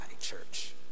church